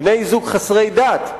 בני-זוג חסרי דת,